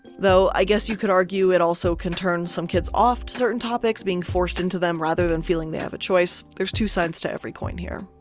though, i guess you could argue it also can turn some kids off to certain topics being forced into them rather than feeling they have a choice. there's two sides to every coin here.